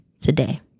today